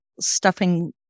stuffing